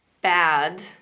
bad